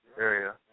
area